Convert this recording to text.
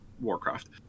Warcraft